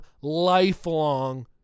lifelong